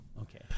Okay